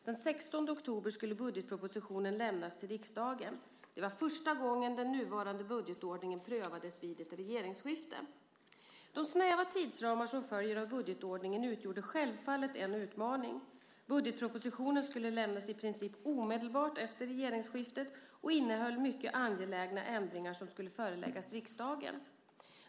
Den 16 oktober skulle budgetpropositionen lämnas till riksdagen. Det var första gången den nuvarande budgetordningen prövades vid ett regeringsskifte. De snäva tidsramar som följer av budgetordningen utgjorde självfallet en utmaning. Budgetpropositionen skulle lämnas i princip omedelbart efter regeringsskiftet och innehöll mycket angelägna ändringar som skulle föreläggas riksdagen.